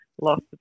lost